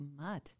mud